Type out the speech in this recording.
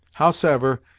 howsever,